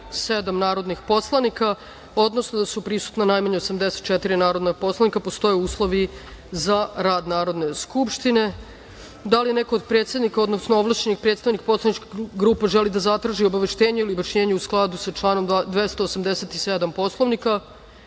da su prisutna najmanje 84 narodna poslanika i da postoje uslovi za rad Narodne skupštine. Da li neko od predsednika, odnosno ovlašćenih predstavnika poslaničkih grupa želi da obaveštenje ili objašnjenje u skladu sa članom 287. Poslovnika? Reč